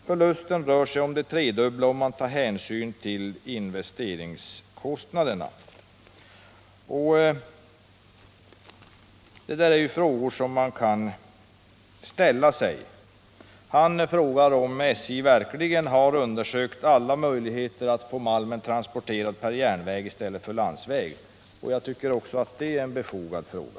Förlusten rör sig om det tredubbla om man tar hänsyn till investeringskostnaderna.” Han frågar också om SJ verkligen har undersökt alla möjligheter att få malmen transporterad per järnväg i stället för på landsväg. Jag tycker att också det är en befogad fråga.